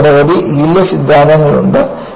നമുക്ക് നിരവധി യീൽഡ് സിദ്ധാന്തങ്ങളുണ്ട്